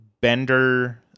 Bender